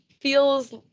feels